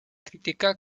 critica